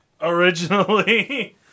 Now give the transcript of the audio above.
originally